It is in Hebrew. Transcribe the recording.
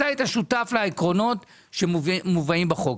אתה היית שותף לעקרונות שמובאים בחוק,